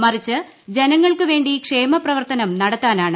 മറിച്ച് ജനങ്ങൾക്കുവേണ്ടി ക്ഷേമപ്രവർത്തൂനം നടത്താനാണ്